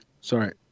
Sorry